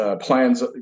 plans